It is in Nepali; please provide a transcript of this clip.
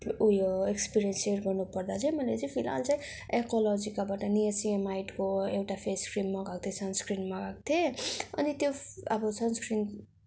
उयो एक्सपेरियन्स सेयर गर्नुपर्दा चाहिँ मैले चाहिँ फिलहाल चाहिँ एक्वालोजिकाबाट नियासिनामाइडको एउटा फेस क्रिम मगाएको सन्सक्रिन मगाएको थिएँ अनि त्यो अब सन्सक्रिन